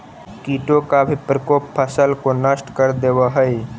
कीटों का भी प्रकोप फसल को नष्ट कर देवअ हई